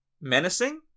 menacing